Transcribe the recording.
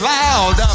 loud